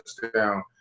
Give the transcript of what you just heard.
touchdown